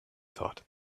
thought